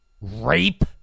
Rape